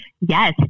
Yes